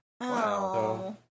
Wow